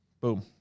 Boom